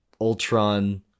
ultron